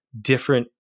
different